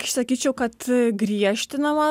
sakyčiau kad griežtinama